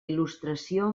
il·lustració